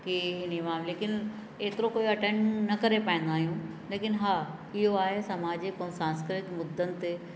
केॾी महिल लेकिन एतिरो कोई अटेंन न करे पाईंदा आहियूं लेकिन हा इहो आहे समाजिक ऐं सांस्कृतिक मुदनि ते